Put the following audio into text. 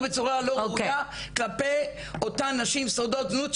בצורה לא ראויה כלפי אותן נשים שורדות זנות,